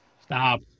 stop